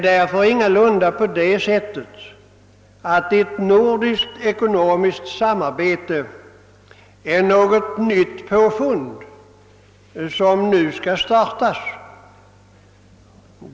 Det är ingalunda på det sättet att ett nordiskt ekonomiskt samarbete är något nytt påfund.